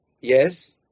yes